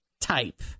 type